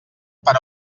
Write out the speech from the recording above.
per